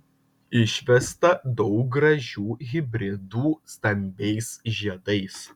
išvesta daug gražių hibridų stambiais žiedais